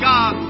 God